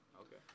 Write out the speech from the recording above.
Okay